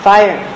Fire